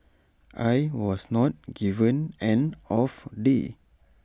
I was not given an off day